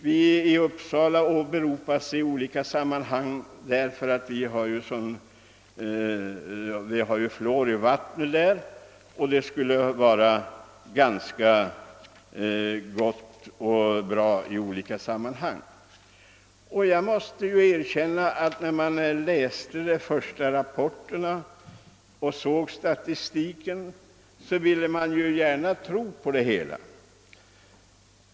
Vi i Uppsala åberopas ofta därför att vi har fluor i vattnet, och det anses att allt skulle vara rätt väl beställt hos oss. Jag måste erkänna att när jag läste de första rapporterna och såg statistiken ville jag gärna tro på detta.